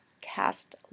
cast